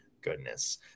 goodness